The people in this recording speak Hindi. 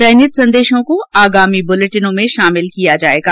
चयनित संदेशों को आगामी बुलेटिनों में शामिल किया जाएगा